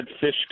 fish